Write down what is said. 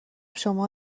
شما